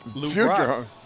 Future